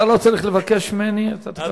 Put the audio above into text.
אתה לא צריך לבקש ממני, אתה תקבל.